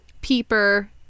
Peeper